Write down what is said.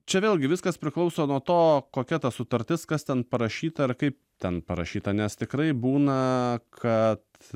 čia vėlgi viskas priklauso nuo to kokia ta sutartis kas ten parašyta ar kaip ten parašyta nes tikrai būna kad